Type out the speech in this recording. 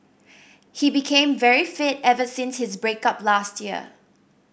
he became very fit ever since his break up last year